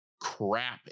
crap